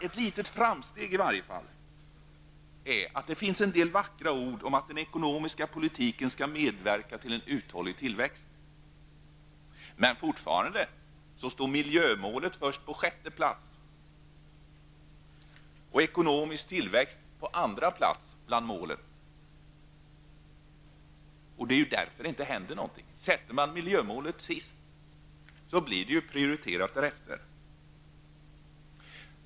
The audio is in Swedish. Ett litet framsteg i propositionen jämfört med tidigare år är att det finns en del vackra ord om att den ekonomiska politiken skall medverka till en uthållig tillväxt, men fortfarande står miljömålet först på sjätte plats och ekonomisk tillväxt på andra plats. De vackra miljömålen står alltså sist och det är ju därför som det inte händer något.